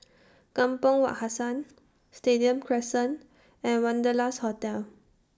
Kampong Wak Hassan Stadium Crescent and Wanderlust Hotel